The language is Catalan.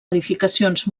edificacions